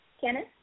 Kenneth